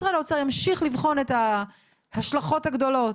משרד האוצר ימשיך לבחון את ההשלכות הגדולות,